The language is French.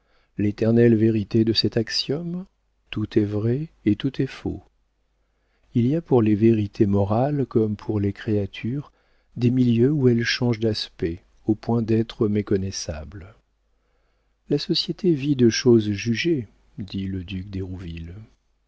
l'éternelle vérité de cet axiome tout est vrai et tout est faux il y a pour les vérités morales comme pour les créatures des milieux où elles changent d'aspect au point d'être méconnaissables la société vit de choses jugées dit le duc d'hérouville